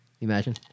Imagine